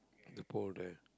the pole there